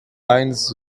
binds